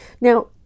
now